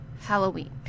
Halloween